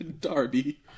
Darby